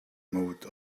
mode